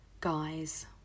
Guys